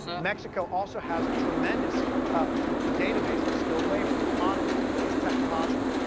mexico also has a tremendous database of skilled labor. a lot of it is technological.